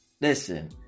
Listen